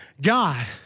God